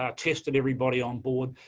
ah tested everybody on board.